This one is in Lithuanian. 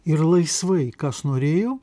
ir laisvai kas norėjo